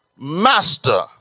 Master